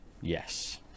Yes